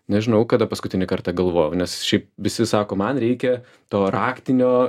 nežinau kada paskutinį kartą galvojau nes šiaip visi sako man reikia to raktinio